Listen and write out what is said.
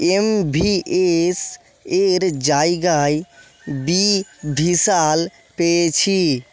MVS এর জায়গায় B Vishal পেয়েছি